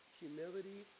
humility